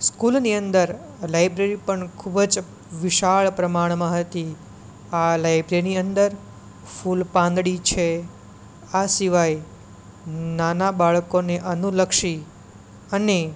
સ્કૂલની અંદર લાઇબ્રેરી પણ ખૂબ જ વિશાળ પ્રમાણમાં હતી આ લાઇબ્રેરીની અંદર ફૂલ પાંદડી છે આ સિવાય નાના બાળકોને અનુલક્ષી અને